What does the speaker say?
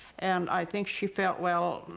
and i think she felt, well,